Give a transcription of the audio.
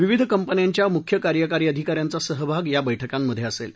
विविध कंपन्यांच्या मुख्य कार्यकारी अधिका यांचा सहभाग या बैठकांमधे असेल